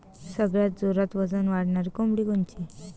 सगळ्यात जोरात वजन वाढणारी कोंबडी कोनची?